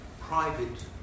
private